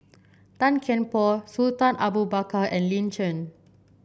Tan Kian Por Sultan Abu Bakar and Lin Chen